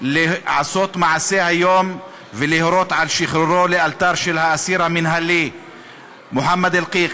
לעשות מעשה היום ולהורות על שחרורו לאלתר של האסיר המינהלי מוחמד אלקיק.